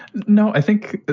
no, i think